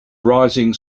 rising